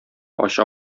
ача